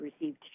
received